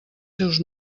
seus